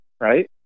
right